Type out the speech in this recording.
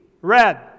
Red